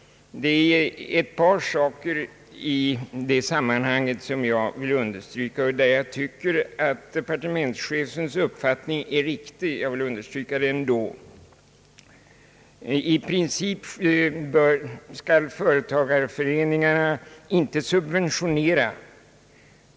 Det är ett par saker i detta sammanhang som jag vill understryka, trots att jag tycker departementschefens uppfattning därvidlag är riktig. I princip skall företagareföreningarna inte subventionera.